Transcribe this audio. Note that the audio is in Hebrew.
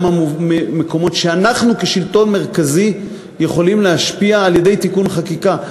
גם המקומות שאנחנו כשלטון מרכזי יכולים להשפיע על-ידי תיקון חקיקה.